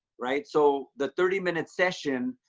right? so the thirty minute session,